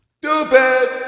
Stupid